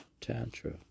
tantra